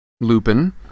Lupin